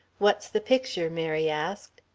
what's the picture? mary asked.